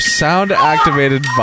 sound-activated